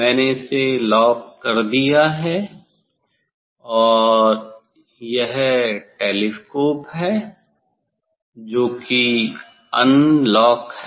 मैंने इसे लॉक कर दिया और यह टेलीस्कोप है जो कि अनलॉक है